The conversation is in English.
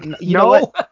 no